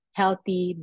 healthy